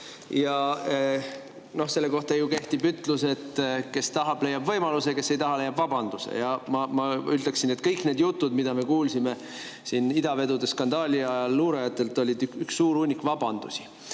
Selle kohta ju kehtib ütlus, et kes tahab, leiab võimaluse, kes ei taha, leiab vabanduse. Ma ütleksin, et kõik need jutud, mida me kuulsime idavedude skandaali ajal luurajatelt, olid üks suur hunnik vabandusi.